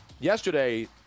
Yesterday